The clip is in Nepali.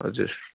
हजुर